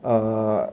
err